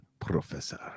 Professor